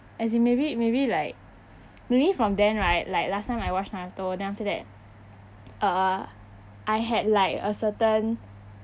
as in maybe maybe like maybe from then right like last time I watch naruto then after that uh I had like a certain